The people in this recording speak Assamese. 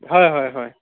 হয় হয় হয়